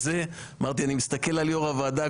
אמרתי שאני מסתכל על יו"ר הוועדה.